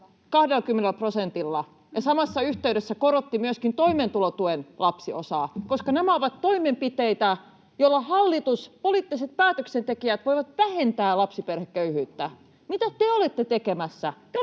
20 prosentilla ja samassa yhteydessä korotti myöskin toimeentulotuen lapsiosaa, koska nämä ovat toimenpiteitä, joilla hallitus ja poliittiset päätöksentekijät voivat vähentää lapsiperheköyhyyttä. Mitä te olette tekemässä?